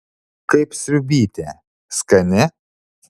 kaip sriubytė skani